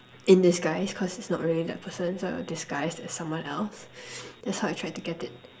in disguise cause it's not really that person so disguised as someone else that's how I tried to get it